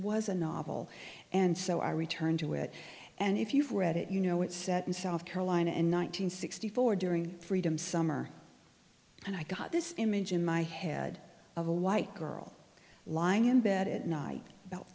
was a novel and so i returned to it and if you've read it you know it's set in south carolina in one thousand nine hundred sixty four during freedom summer and i got this image in my head of a white girl lying in bed at night about